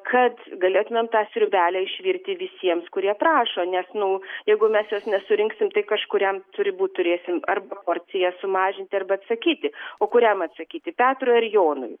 kad galėtumėm tą sriubelę išvirti visiems kurie prašo nes nu jeigu mes jos nesurinksim tai kažkuriam turbūt turėsim arba porciją sumažinti arba atsakyti o kuriam atsakyti petrui ar jonui